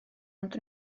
ond